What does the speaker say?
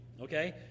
Okay